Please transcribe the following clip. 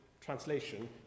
translation